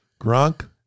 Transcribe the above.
Gronk